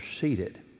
seated